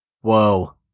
Whoa